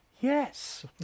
yes